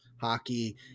hockey